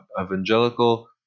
evangelical